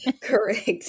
correct